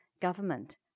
government